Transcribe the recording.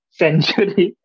century